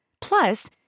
Plus